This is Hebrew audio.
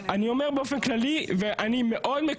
האמת.